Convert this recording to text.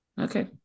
Okay